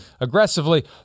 aggressively